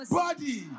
body